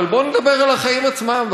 אבל בוא ונדבר על החיים עצמם,